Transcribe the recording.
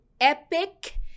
epic